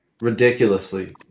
Ridiculously